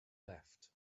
left